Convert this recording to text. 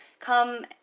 Come